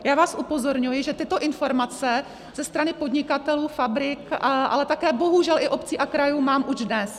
Já vás upozorňuji, že tyto informace ze strany podnikatelů, fabrik, ale také bohužel i obcí a krajů mám už dnes.